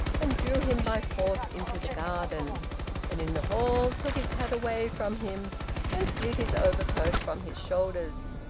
and drew him by force into the garden and in the hall took his hat away from him and slid his overcoat from his shoulders.